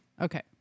Okay